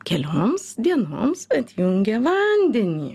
kelioms dienoms atjungė vandenį